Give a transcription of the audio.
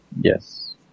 Yes